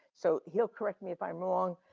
so he'll correct me if i'm wrong,